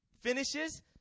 finishes